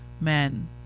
men